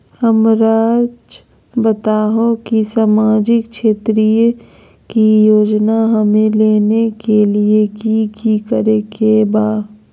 हमराज़ बताओ कि सामाजिक क्षेत्र की योजनाएं हमें लेने के लिए कि कि करे के बा?